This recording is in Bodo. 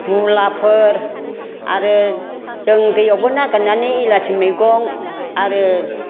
मुलाफोर आरो जों दैयावबो नागिरनानै इलांसि मैगं आरो